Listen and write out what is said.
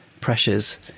pressures